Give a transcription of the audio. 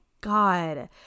god